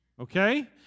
Okay